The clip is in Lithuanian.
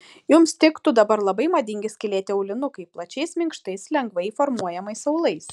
jums tiktų dabar labai madingi skylėti aulinukai plačiais minkštais lengvai formuojamais aulais